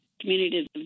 community